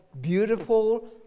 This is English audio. beautiful